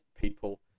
people